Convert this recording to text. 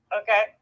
Okay